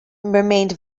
remained